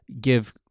give